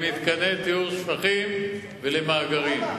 למתקני טיהור שפכים ולמאגרים.